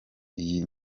iyi